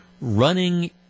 running